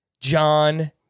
John